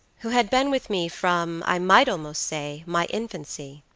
who had been with me from, i might almost say, my infancy.